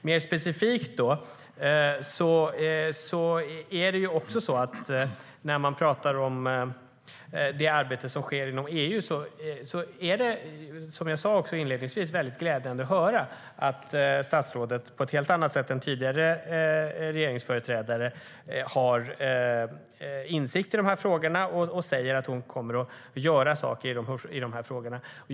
Mer specifikt angående det arbete som sker inom EU: Som jag sa inledningsvis är det väldigt glädjande att höra att statsrådet på ett helt annat sätt än tidigare regeringsföreträdare har insikt i de här frågorna och säger att hon kommer att göra saker.